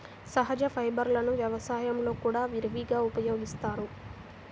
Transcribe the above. సహజ ఫైబర్లను వ్యవసాయంలో కూడా విరివిగా ఉపయోగిస్తారు